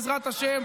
בעזרת השם,